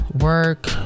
work